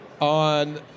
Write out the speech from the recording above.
on